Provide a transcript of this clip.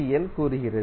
L கூறுகிறது